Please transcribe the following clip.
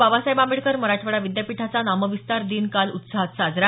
बाबासाहेब आंबेडकर मराठवाडा विद्यापीठाचा नामविस्तार दिन काल उत्साहात साजरा